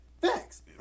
Thanks